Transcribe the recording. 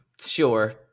sure